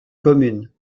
commune